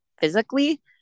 physically